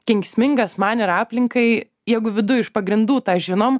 kenksmingas man ir aplinkai jeigu viduj iš pagrindų tą žinom